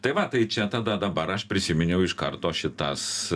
tai va tai čia tada dabar aš prisiminiau iš karto šitas